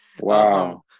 Wow